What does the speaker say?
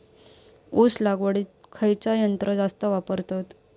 ऊस लावडीक खयचा यंत्र जास्त वापरतत?